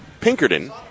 Pinkerton